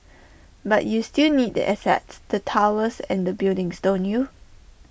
but you still need the assets the towers and the buildings don't you